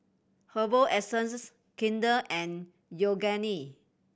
Herbal Essences Kinder and Yoogane